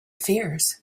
fears